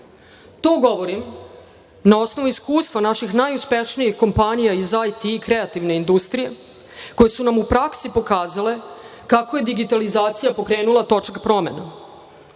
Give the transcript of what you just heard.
To govorim na osnovu iskustva naših najuspešnijih kompanija iz IT i kreativne industrije, koje su nam u praksi pokazale kako je digitalizacija pokrenula točak promena.U